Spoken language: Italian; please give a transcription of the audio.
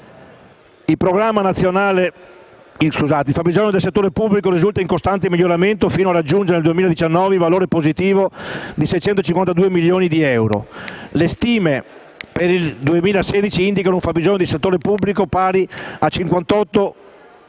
Il fabbisogno del settore pubblico risulta in costante miglioramento fino a raggiungere, nel 2019, il valore positivo di 652 milioni di euro. Le stime per il 2016 indicano un fabbisogno del settore pubblico pari a